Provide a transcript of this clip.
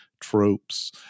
tropes